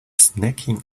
snacking